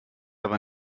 aber